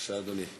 בבקשה, אדוני.